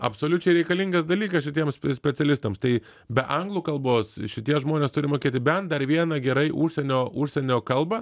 absoliučiai reikalingas dalykas šitiems specialistams tai be anglų kalbos šitie žmonės turi mokėti bent dar vieną gerai užsienio užsienio kalbą